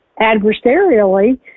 adversarially